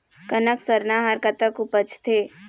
कनक सरना हर कतक उपजथे?